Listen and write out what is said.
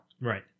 Right